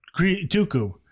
Dooku